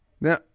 Now